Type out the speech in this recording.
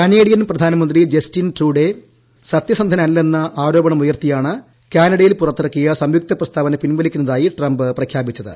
Canadian പ്രധാനമന്ത്രി Justin Trudeau സത്യസന്ധിന്റെല്ലെന്ന ആരോപണമുയർത്തിയാണ് കാനഡ്ഡയിൽ പുറത്തിറക്കിയ സംയുക്ത പ്രസ്താവന പിൻവലിക്കുന്നതായി ട്രംപ് പ്രഖ്യാപിച്ചത്